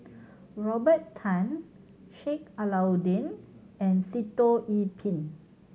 Robert Tan Sheik Alau'ddin and Sitoh Yih Pin